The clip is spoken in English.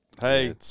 Hey